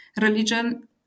religion